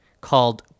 called